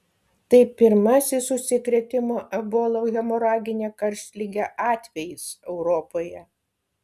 tai pirmasis užsikrėtimo ebola hemoragine karštlige atvejis europoje